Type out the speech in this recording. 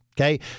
Okay